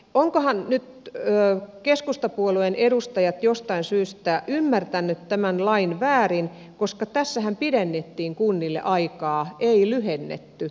ovatkohan nyt keskustapuolueen edustajat jostain syystä ymmärtäneet tämän lain väärin koska tässähän pidennettiin kunnille aikaa ei lyhennetty